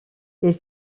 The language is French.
les